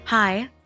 Hi